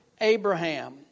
Abraham